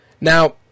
Now